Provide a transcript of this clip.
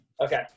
Okay